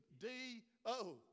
D-O